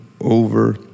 over